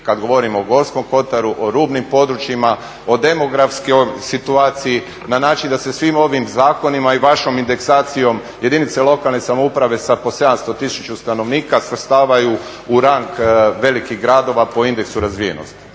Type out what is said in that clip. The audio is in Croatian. kada govorim o Gorskom Kotaru, o rubnim područjima, o demografskoj situaciji na način da se svim ovim zakonima i vašom indksacijom jedinice lokalne samouprave sa po 700, tisuću stanovnika svrstavaju u rang velikih gradova po indeksu razvijenosti.